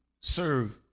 serve